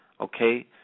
Okay